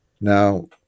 Now